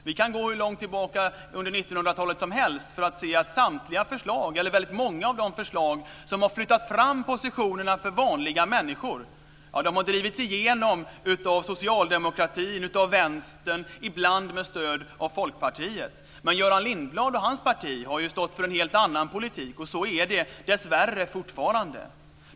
Vi kan gå hur långt tillbaka som helst under 1900-talet för att se att många av de förslag som har flyttat fram positionerna för vanliga människor har drivits igenom av Socialdemokraterna, Vänstern och ibland med stöd av Folkpartiet. Men Göran Lindblad och hans parti har ju stått för en helt annan politik och gör det dessvärre fortfarande.